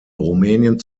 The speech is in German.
rumänien